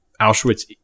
Auschwitz